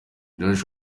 josh